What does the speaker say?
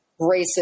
racist